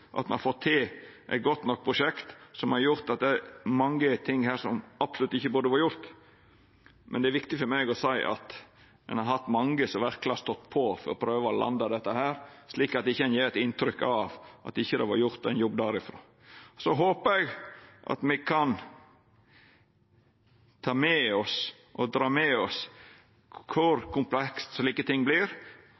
at me har fått til eit godt nok prosjekt, på topp, noko som har gjort at det er mange ting her som absolutt ikkje burde ha vore gjorde. Men det er viktig for meg å seia at ein har hatt mange som verkelig har stått på for å prøva å landa dette, slik at ein ikkje gjev eit inntrykk av at det ikkje har vore gjort ein jobb derifrå. Så håpar eg at me kan ta med oss og dra med oss